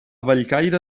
bellcaire